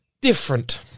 Different